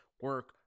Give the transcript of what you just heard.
Work